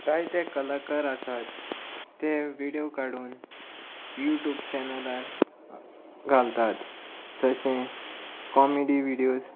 जायते कलाकार आसात ते विडियो काडून यू ट्यूब चॅनलार घालतात जशें कॉमेडी व्हिडियोज